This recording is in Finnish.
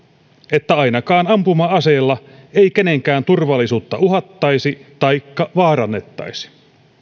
että ainakaan ampuma aseella ei kenenkään turvallisuutta uhattaisi taikka vaarannettaisi